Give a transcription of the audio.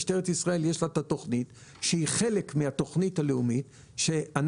משטרת ישראל יש לה את התוכנית שהיא חלק מהתוכנית הלאומית שאנחנו,